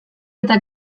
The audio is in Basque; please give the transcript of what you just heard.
eta